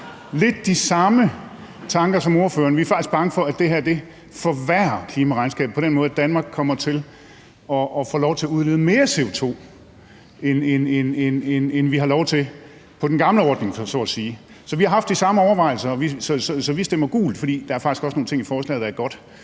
lidt de samme tanker som ordføreren. Vi er faktisk bange for, at det her forværrer klimaregnskabet på den måde, at Danmark kommer til at få lov til at udlede mere CO2, end vi har lov til på den gamle ordning, så at sige. Så vi har haft de samme overvejelser, og vi stemmer gult, for der er faktisk også nogle ting i forslaget, der er gode.